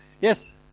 Yes